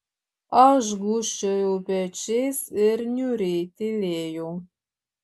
aš gūžčiojau pečiais ir niūriai tylėjau